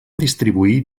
distribuir